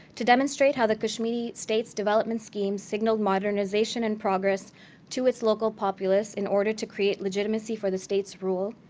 to demonstrate how the kashmiri state's development scheme signaled modernization and progress to its local populace in order to create legitimacy for the state's rule.